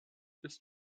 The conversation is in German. ist